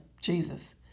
Jesus